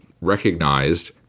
recognized